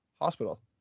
hospital